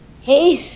Hey